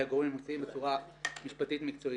-- -בצורה משפטית מקצועית.